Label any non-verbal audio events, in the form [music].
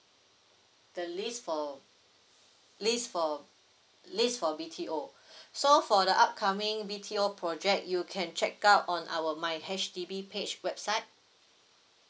the lease for lease for lease for B_T_O [breath] so for the upcoming B_T_O project you can check out on our my H_D_B page website